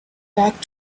back